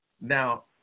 Now